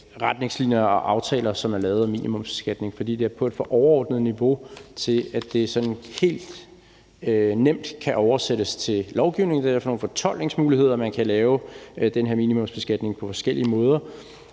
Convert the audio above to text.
OECD-retningslinjer og -aftaler, som er lavet om minimumsbeskatning, da det er på et for overordnet niveau til, at det er sådan helt nemt kan oversættes til lovgivning. Der er derfor nogle fortolkningsmuligheder; man kan lave den her minimumsbeskatning på forskellige måder.